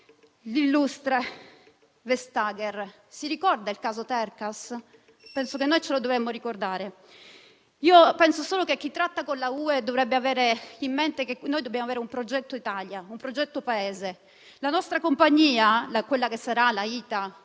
commissaria Vestager si ricorda il caso Tercas? Penso che noi ce lo dovremmo ricordare. Io penso solo che chi tratta con l'Unione europea dovrebbe avere in mente che noi dobbiamo avere un progetto Italia, un progetto Paese. La nostra compagnia, quella che sarà (la ITA